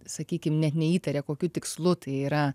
sakykim net neįtaria kokiu tikslu tai yra